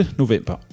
november